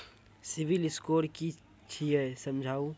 Civil score कि छियै समझाऊ?